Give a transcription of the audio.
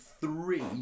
three